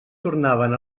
tornaven